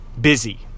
busy